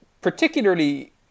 particularly